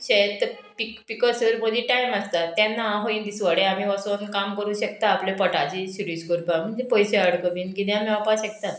शेत पिक पिकसर मदीं टायम आसता तेन्ना हांव खंय दिसवाडे आमी वोसोन काम करूं शेकता आपले पोटाची शिरीश करपा म्हणजे पयशे हाडपा बीन किदें आमी मेळपाक शेकता